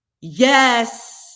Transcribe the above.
yes